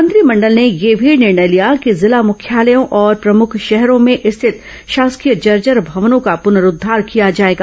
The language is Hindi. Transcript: मंत्रिमंडल ने यह भी निर्णय लिया कि जिला मुख्यालयों और प्रमुख शहरों में स्थित शासकीय जर्जर भवनों का प्रनर्रूद्वार किया जाएगा